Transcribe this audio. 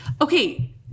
Okay